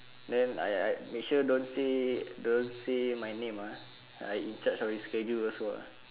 then I I make sure don't say make sure don't say my name ah I in charge of his schedule also ah